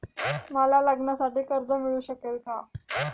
मला लग्नासाठी कर्ज मिळू शकेल का?